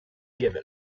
given